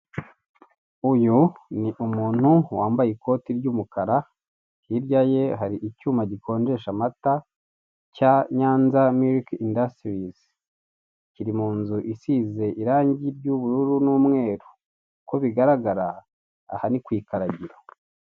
Uyu ni umuntu wambaye ikote ry'umukara hirya ye hari icyuma gikonjesha amata cya Nyanza miriki indasitirizi kiri mu nzu isize irange ry'ubururu n'umweru uko bigaragara ahangaha ni ku ikaragiro.